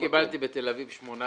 אם קיבלתי בתל אביב שמונה